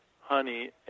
honey